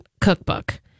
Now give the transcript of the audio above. cookbook